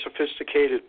sophisticated